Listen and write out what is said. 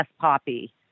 poppy